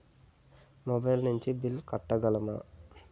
Mobile నుంచి bill కట్టగలమ?